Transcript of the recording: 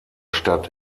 stadt